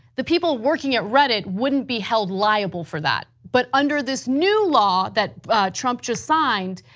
the people working at reddit wouldn't be held liable for that but under this new law that trump just signed,